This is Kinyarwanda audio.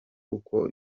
kuko